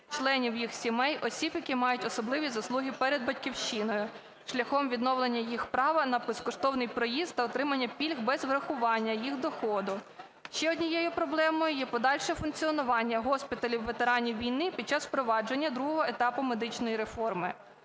членів їх сімей, осіб, які мають особливі заслуги перед Батьківщиною, шляхом відновлення їх права на безкоштовний проїзд та отримання пільг без врахування їх доходу. Ще однією проблемою є подальше функціонування госпіталів ветеранів війни під час впровадження другого етапу медичної реформи.